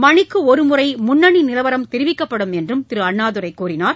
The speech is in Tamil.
மணிக்கு ஒருமுறை முன்னணி நிலவரம் தெரிவிக்கப்படும் என்றும் திரு அண்ணாதுரை கூறினார்